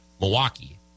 Milwaukee